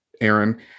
Aaron